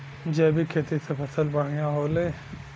जैविक खेती से फसल बढ़िया होले